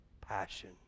passion